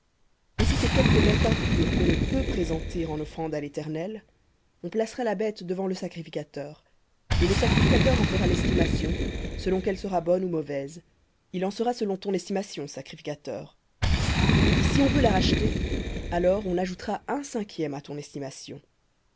et si c'est quelque bête impure qu'on ne peut présenter en offrande à l'éternel on placera la bête devant le sacrificateur et le sacrificateur en fera l'estimation selon qu'elle sera bonne ou mauvaise il en sera selon ton estimation sacrificateur et si on veut la racheter alors on ajoutera un cinquième à ton estimation